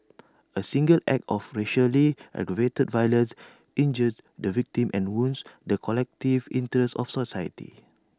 A single act of racially aggravated violence injures the victim and wounds the collective interests of society